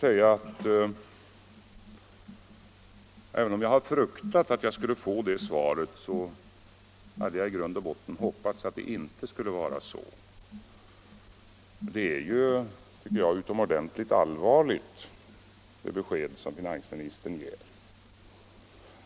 Även om jag fruktat att jag skulle få det svaret, hade jag i grund och botten hoppats på att det inte skulle förhålla sig så. Det besked som finansministern ger är utomordentligt allvarligt.